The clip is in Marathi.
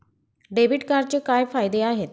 डेबिट कार्डचे काय फायदे आहेत?